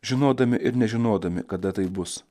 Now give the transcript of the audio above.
žinodami ir nežinodami kada tai bus